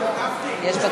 יש דוברים,